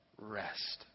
rest